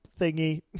thingy